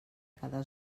cada